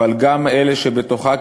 אבל גם אלה שבתוכה,